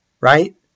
right